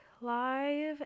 live